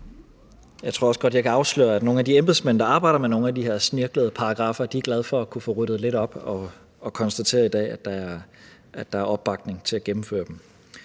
Jeg tror også godt, jeg kan afsløre, at nogle af de embedsmænd, der arbejder med nogle af de her snirklede paragraffer, er glade for at få ryddet lidt op og for i dag at kunne konstatere, at der er opbakning til at gennemføre det.